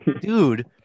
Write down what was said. Dude